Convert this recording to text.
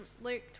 Luke